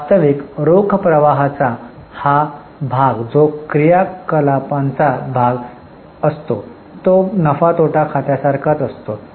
वास्तविक रोख प्रवाहाचा हा भाग जो क्रियाकलापांचा भाग असतो तो नफा तोटा खात्यासारखाच असतो